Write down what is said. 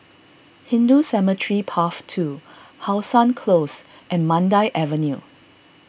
Hindu Cemetery Path two How Sun Close and Mandai Avenue